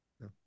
No